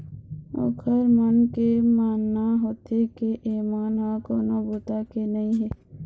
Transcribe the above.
ओखर मन के मानना होथे के एमन ह कोनो बूता के नइ हे